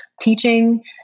teaching